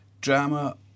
drama